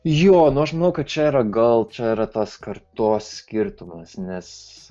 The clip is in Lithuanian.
jo nu aš manau kad čia yra gal čia yra tas kartos skirtumas nes